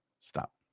Stop